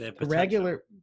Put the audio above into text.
Regular